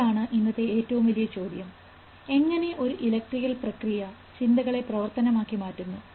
ഇതാണ് ഇന്നത്തെ ഏറ്റവും വലിയ ചോദ്യം എങ്ങനെ ഒരു ഇലക്ട്രിക്കൽ പ്രക്രിയ ചിന്തകളെ പ്രവർത്തനം ആക്കി മാറ്റുന്നു